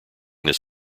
this